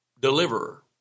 deliverer